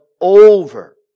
over